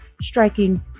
striking